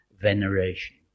veneration